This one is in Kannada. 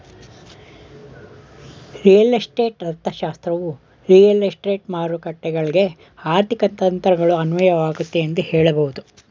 ರಿಯಲ್ ಎಸ್ಟೇಟ್ ಅರ್ಥಶಾಸ್ತ್ರವು ರಿಯಲ್ ಎಸ್ಟೇಟ್ ಮಾರುಕಟ್ಟೆಗಳ್ಗೆ ಆರ್ಥಿಕ ತಂತ್ರಗಳು ಅನ್ವಯವಾಗುತ್ತೆ ಎಂದು ಹೇಳಬಹುದು